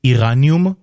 Iranium